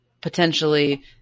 potentially